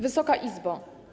Wysoka Izbo!